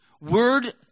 word